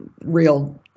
real